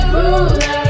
ruler